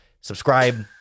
Subscribe